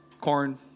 corn